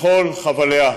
בכל חבליה: